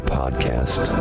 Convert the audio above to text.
podcast